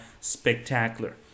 spectacular